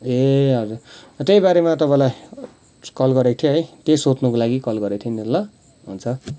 ए हजुर त्यहीबारेमा तपाईँलाई कल गरेको थिएँ है त्यही सोध्नुको लागि कल गरेको थिएँ नि त ल हुन्छ